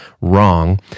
wrong